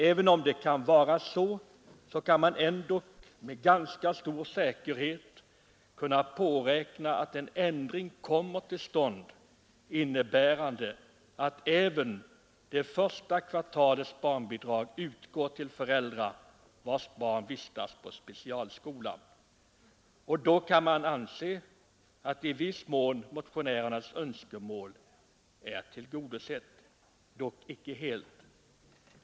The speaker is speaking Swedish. Även om det kan vara så, bör man med ganska stor säkerhet kunna påräkna att en ändring kommer till stånd innebärande att också det första kvartalets barnbidrag utgår till föräldrar vilkas barn vistats på specialskola. Och då kan man anse att motionärernas önskemål i viss mån är tillgodosett — icke helt.